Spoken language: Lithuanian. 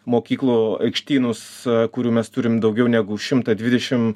mokyklų aikštynus kurių mes turim daugiau negu šimtą dvidešim